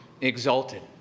exalted